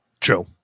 True